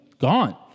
gone